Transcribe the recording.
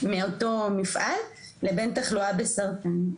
מאותו מפעל, לבין תחלואה בסרטן.